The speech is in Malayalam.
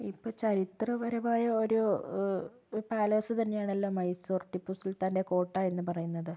ഇപ്പോൾ ചരിത്രപരമായ ഒരു പാലസ് തന്നെയാണല്ലോ മൈസൂർ ടിപ്പു സുൽത്താൻ്റെ കോട്ട എന്ന് പറയുന്നത്